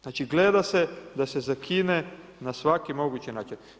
Znači, gleda se da se zakine na svaki mogući način.